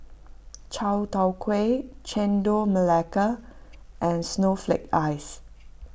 Chai Tow Kuay Chendol Melaka and Snowflake Ice